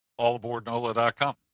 AllAboardNOLA.com